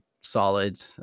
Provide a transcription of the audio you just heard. solid